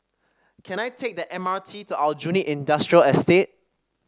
can I take the M R T to Aljunied Industrial Estate